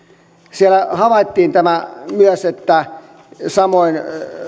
siellä havaittiin myös tämä että samoin